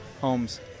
Homes